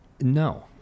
No